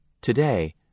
Today